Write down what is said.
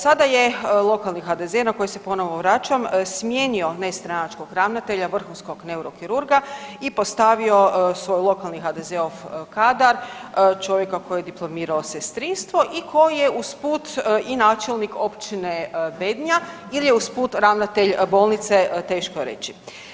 Sada je lokalni HDZ, na koji se ponovno vraćam smijenio nestranačkog ravnatelja, vrhunskog neurokirurga i postavio svoj lokalni HDZ-ov kadar, čovjeka koji je diplomirao sestrinstvo i koji je usput i načelnik općine Bednja jer je usput, ravnatelj bolnice, teško je reći.